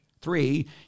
Three